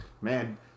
Man